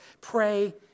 Pray